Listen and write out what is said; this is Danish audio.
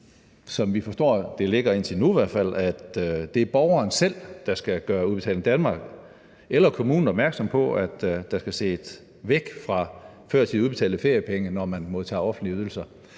som vi forstår det ligger indtil nu i hvert fald – der skal gøre Udbetaling Danmark eller kommunen opmærksom på, at der skal ses væk fra førtidig udbetalte feriepenge, når man modtager offentlige ydelser.